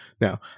Now